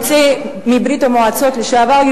יוצאי ברית-המועצות לשעבר,